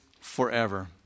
forever